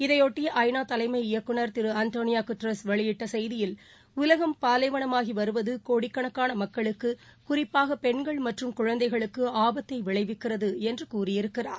இதையொட்டி ஐநா தலைமை இயக்குநர் திரு அண்டோனியோ குட்ரஸ் வெளியிட்ட செய்தியில் உலகம் பாலைவனமாகி வருவது கோடி கணக்காண மக்களுக்கு குறிப்பாக பெண்கள் மற்றம் குழந்தைகளுக்கு ஆபத்தை விளைவிக்கிறது என்று கூறியிருக்கிறார்